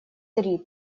три